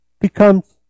becomes